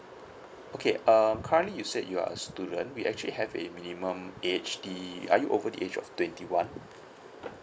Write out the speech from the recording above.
okay um currently you said you are a student we actually have a minimum age the are you over the age of twenty one